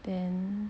then